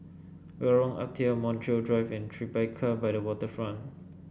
Lorong Ah Thia Montreal Drive and Tribeca by the Waterfront